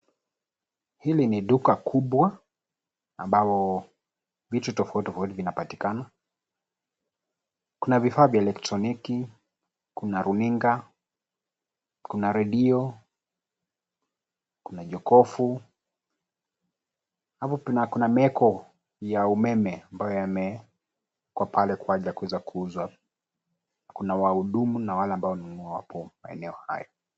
Hili ni duka kubwa ambao vitu tofauti, tofauti zinapatikana. Kuna vifaa vya elektroniki kuna runinga, ya kuna redio, kuna jokofu, kuna meko ya umeme ambayo yame-ekwa pale kwa ajili ya kuweza kuuzwa. Kuna wahudumu na wale ambao hununua hapo maeneo hayo.